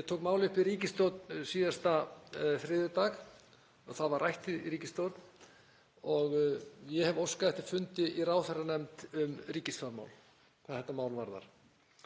Ég tók málið upp í ríkisstjórn síðasta þriðjudag. Það var rætt í ríkisstjórn og ég hef óskað eftir fundi í ráðherranefnd um ríkisfjármál hvað þetta mál varðar.